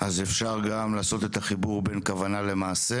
אז אפשר גם לעשות את החיבור בין כוונה למעשה